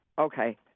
Okay